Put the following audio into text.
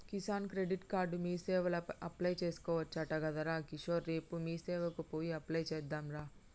Kisan credit card మీసేవల apply చేసుకోవచ్చట గదరా కిషోర్ రేపు మీసేవకు పోయి అప్లై చెద్దాంరా